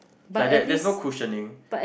like that there's no cushioning